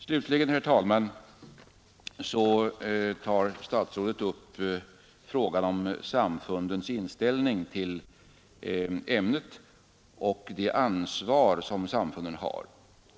Slutligen, herr talman, gick statsrådet in på frågan om samfundens inställning till ämnet religionskunskap och det ansvar som samfunden har.